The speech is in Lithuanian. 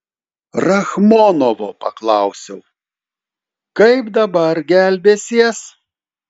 rachmonovo paklausiau kaip dabar gelbėsies